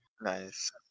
Nice